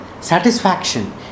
Satisfaction